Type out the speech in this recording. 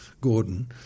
Gordon